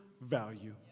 value